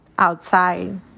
outside